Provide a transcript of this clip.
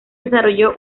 desarrolló